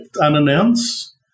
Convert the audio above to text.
unannounced